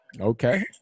Okay